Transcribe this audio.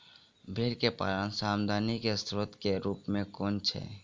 भेंर केँ पालन सँ आमदनी केँ स्रोत केँ रूप कुन छैय?